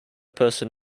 person